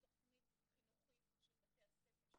תוכנית חינוכית של בתי הספר,